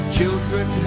Children